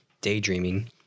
daydreaming